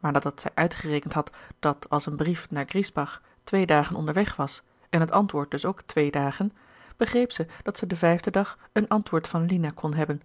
maar nadat zij uitgerekend had dat als een brief naar griesbach twee dagen onderweg was en het antwoord dus ook twee dagen begreep ze dat zij den vijfden dag een antwoord van lina kon hebben